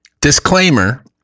disclaimer